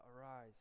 arise